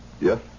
Yes